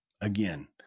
Again